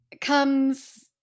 comes